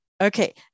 Okay